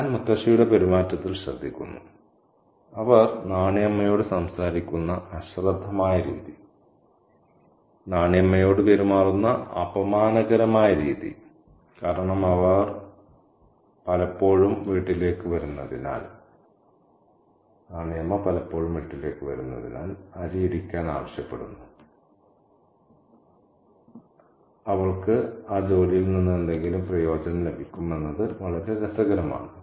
ഞാൻ മുത്തശ്ശിയുടെ പെരുമാറ്റത്തിൽ ശ്രദ്ധിക്കുന്നു അവർ നാണി അമ്മയോട് സംസാരിക്കുന്ന അശ്രദ്ധമായ രീതി നാണി അമ്മയോട് പെരുമാറുന്ന അപമാനകരമായ രീതി കാരണം അവൾ പലപ്പോഴും വീട്ടിലേക്ക് വരുന്നതിനാൽ അരി ഇടിക്കാൻ ആവശ്യപ്പെടുന്നു അതിനാൽ അവൾക്ക് ആ ജോലിയിൽ നിന്ന് എന്തെങ്കിലും പ്രയോജനം ലഭിക്കും എന്നത് വളരെ രസകരമാണ്